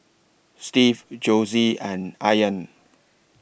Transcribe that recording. Steve Josie and Ayaan